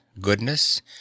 goodness